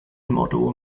model